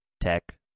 tech